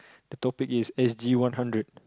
the topic is s_g one hundred